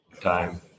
time